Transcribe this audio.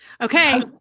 okay